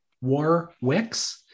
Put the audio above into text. Warwick's